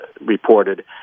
reported